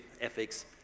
ethics